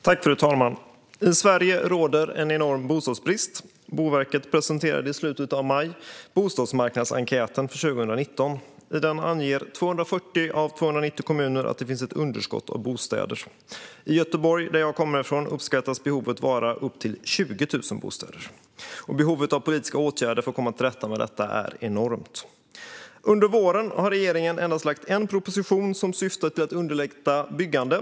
Fru talman! I Sverige råder en enorm bostadsbrist. Boverket presenterade i slutet av maj bostadsmarknadsenkäten för 2019. I den anger 240 av 290 kommuner att det finns ett underskott av bostäder. I Göteborg, som jag kommer ifrån, uppskattas behovet vara upp till 20 000 bostäder. Behovet av politiska åtgärder för att komma till rätta med detta är enormt. Under våren har regeringen lagt fram endast en proposition som syftar till att underlätta byggande.